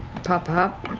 pop pop?